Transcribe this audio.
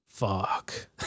Fuck